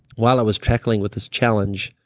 while i was truckling with this challenge,